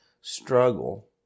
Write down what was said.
struggle